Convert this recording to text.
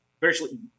virtually